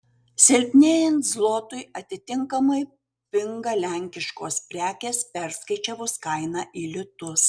silpnėjant zlotui atitinkamai pinga lenkiškos prekės perskaičiavus kainą į litus